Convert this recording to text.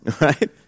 right